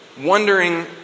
wondering